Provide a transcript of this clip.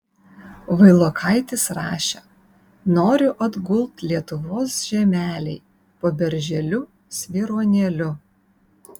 vailokaitis rašė noriu atgult lietuvos žemelėj po berželiu svyruonėliu